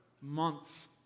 months